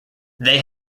they